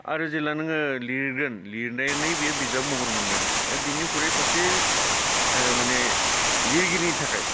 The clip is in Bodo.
आरो जेब्ला नोङो लिरगोन लिरनानै बे बिजाब महर मोनगोन बेनिख्रुय सासे माने लिरगिरिनि थाखाय